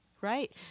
Right